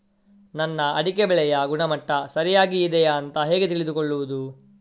ನನ್ನ ಅಡಿಕೆ ಬೆಳೆಯ ಗುಣಮಟ್ಟ ಸರಿಯಾಗಿ ಇದೆಯಾ ಅಂತ ಹೇಗೆ ತಿಳಿದುಕೊಳ್ಳುವುದು?